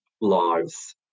lives